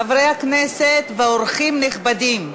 חברי הכנסת ואורחים נכבדים,